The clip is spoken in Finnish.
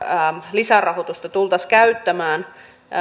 lisärahoitusta tultaisiin käyttämään